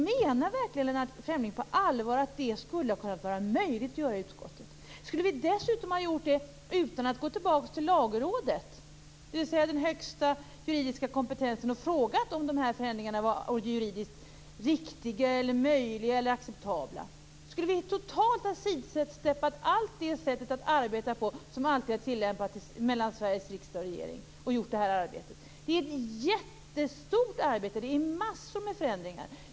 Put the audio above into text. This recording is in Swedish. Menar verkligen Lennart Fremling på allvar att det skulle ha kunnat vara möjligt att göra detta i utskottet? Skulle vi dessutom ha gjort det utan att gå tillbaka till Lagrådet, dvs. den högsta juridiska kompetensen, och frågat om förändringarna var juridiskt riktiga, möjliga eller acceptabla? Skulle vi totalt ha sidsteppat hela det sätt att arbeta på som alltid har tillämpats mellan Sveriges riksdag och regering, och gjort det här arbetet? Det är ett jättestort arbete! Det är massor av förändringar!